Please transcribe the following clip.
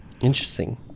Interesting